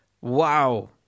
wow